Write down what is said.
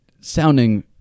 sounding